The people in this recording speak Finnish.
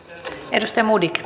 arvoisa